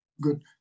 Good